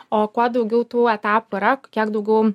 o kuo daugiau tų etapų yra kiek daugiau